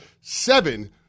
seven